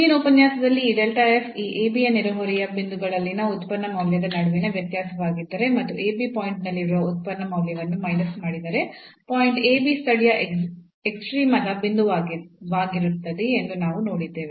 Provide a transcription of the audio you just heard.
ಹಿಂದಿನ ಉಪನ್ಯಾಸದಲ್ಲಿ ಈ delta f ಈ ab ಯ ನೆರೆಹೊರೆಯ ಬಿಂದುಗಳಲ್ಲಿನ ಉತ್ಪನ್ನ ಮೌಲ್ಯದ ನಡುವಿನ ವ್ಯತ್ಯಾಸವಾಗಿದ್ದರೆ ಮತ್ತು ab ಪಾಯಿಂಟ್ನಲ್ಲಿರುವ ಉತ್ಪನ್ನ ಮೌಲ್ಯವನ್ನು ಮೈನಸ್ ಮಾಡಿದರೆ ಪಾಯಿಂಟ್ ab ಸ್ಥಳೀಯ ಎಕ್ಸ್ಟ್ರೀಮದ ಬಿಂದುವಾಗಿರುತ್ತದೆ ಎಂದು ನಾವು ನೋಡಿದ್ದೇವೆ